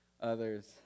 others